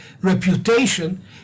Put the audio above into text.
reputation